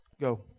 Go